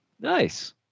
Nice